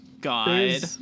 god